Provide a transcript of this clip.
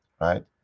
right